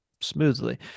smoothly